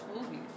movies